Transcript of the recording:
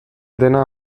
dena